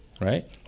right